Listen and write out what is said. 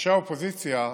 אנשי האופוזיציה,